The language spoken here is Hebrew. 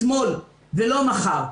אתמול ולא מחר.